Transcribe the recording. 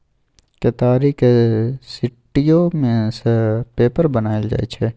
केतारीक सिट्ठीयो सँ पेपर बनाएल जाइ छै